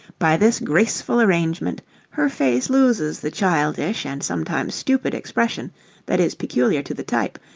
by this graceful arrangement her face loses the childish and sometimes stupid expression that is peculiar to the type,